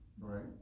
Right